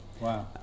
Wow